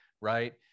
Right